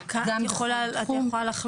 כמה בכל תחום.